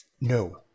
No